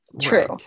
True